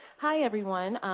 hi, everyone.